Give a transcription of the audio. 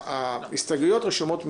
ההסתייגויות רשומות מראש.